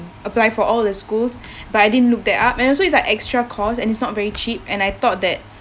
apply for all the schools but I didn't look that up and also it's like extra cost and it's not very cheap and I thought that